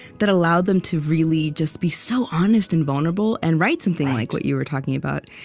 that allowed them to really just be so honest and vulnerable and write something like what you were talking about.